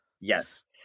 Yes